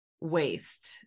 waste